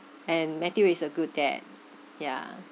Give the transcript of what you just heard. and matthew is a good dad ya